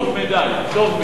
טוב מדי, טוב מדי.